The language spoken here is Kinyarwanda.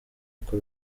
uko